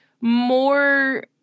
more